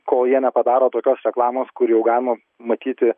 kol jie nepadaro tokios reklamos kur jau galima matyti